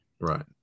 Right